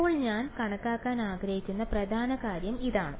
ഇപ്പോൾ ഞാൻ കണക്കാക്കാൻ ആഗ്രഹിക്കുന്ന പ്രധാന കാര്യം ഇതാണ്